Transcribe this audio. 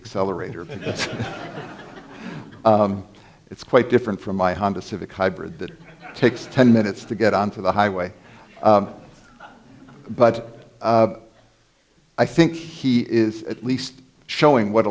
accelerator and it's quite different from my honda civic hybrid that takes ten minutes to get onto the highway but i think he is at least showing what